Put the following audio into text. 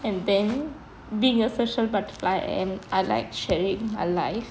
and then being a social butterfly and I like sharing my life